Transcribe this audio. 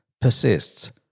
persists